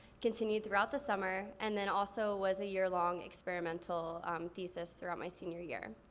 continued throughout the summer and then also was a year long experimental thesis throughout my senior year.